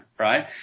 Right